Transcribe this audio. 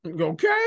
Okay